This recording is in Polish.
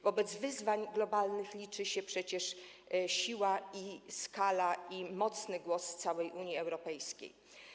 Wobec wyzwań globalnych liczy się przecież siła, skala i mocny głos całej Unii Europejskiej.